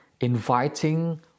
inviting